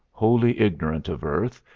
wholly ignorant of earth,